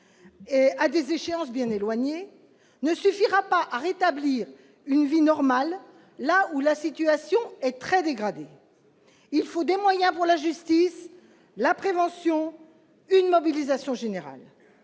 à des échéances bien éloignées, ne suffira pas à rétablir une vie normale là où la situation est très dégradée. Il faut des moyens pour la justice, la prévention, et une mobilisation générale.